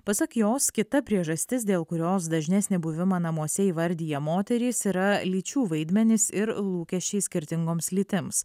pasak jos kita priežastis dėl kurios dažnesnį buvimą namuose įvardija moterys yra lyčių vaidmenys ir lūkesčiai skirtingoms lytims